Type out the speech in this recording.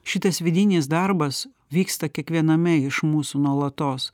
šitas vidinis darbas vyksta kiekviename iš mūsų nuolatos